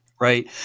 Right